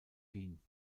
wien